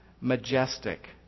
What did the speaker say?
majestic